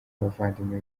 abavandimwe